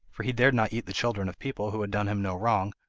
for he dared not eat the children of people who had done him no wrong,